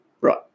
Right